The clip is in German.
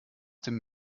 dem